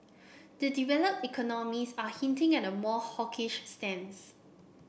the developed economies are hinting at a more hawkish stands